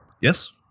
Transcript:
Yes